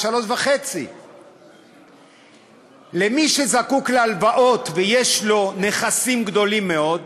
3.5. למי שזקוק להלוואות ויש לו נכסים גדולים מאוד,